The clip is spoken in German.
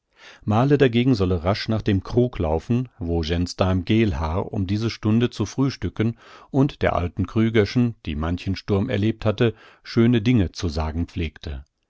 dagegen solle rasch nach dem krug laufen wo gensdarm geelhaar um diese stunde zu frühstücken und der alten krüger'schen die manchen sturm erlebt hatte schöne dinge zu sagen pflegte